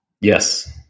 Yes